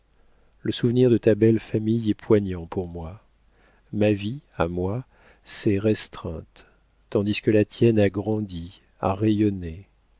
le souvenir de ta belle famille est poignant pour moi ma vie à moi s'est restreinte tandis que la tienne a